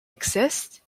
exist